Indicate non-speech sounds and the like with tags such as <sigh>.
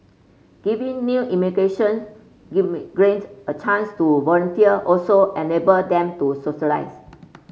giving new immigration give me <unintelligible> a chance to volunteer also enable them to socialise